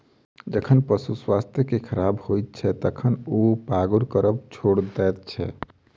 जखन पशुक स्वास्थ्य खराब होइत छै, तखन ओ पागुर करब छोड़ि दैत छै